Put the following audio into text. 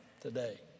today